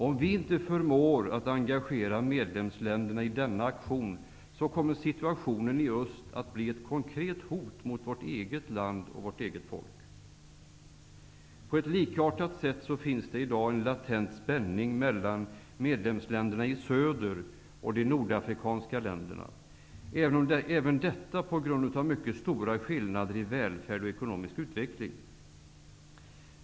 Om vi inte förmår att engagera medlemsländerna i denna aktion, kommer situationen i öst att bli ett konkret hot mot vårt eget land och vårt eget folk. På ett likartat sätt finns i dag en latent spänning mellan medlemsländerna i söder och de nordafrikanska länderna. Även detta har sin grund i stora skillnader i välfärd och ekonomisk utveckling.